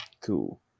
Cool